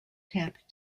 tap